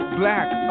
black